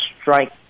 strike